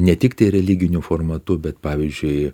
ne tiktai religiniu formatu bet pavyzdžiui